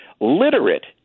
literate